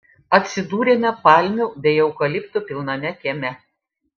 atsidūrėme palmių bei eukaliptų pilname kieme